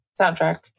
Soundtrack